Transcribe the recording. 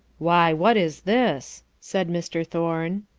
why, what is this? said mr. thorne.